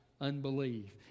unbelief